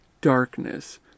darkness